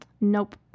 nope